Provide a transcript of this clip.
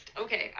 Okay